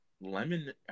Lemon